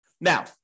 now